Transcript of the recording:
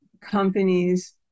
companies